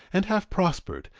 and have prospered,